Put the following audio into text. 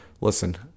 listen